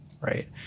Right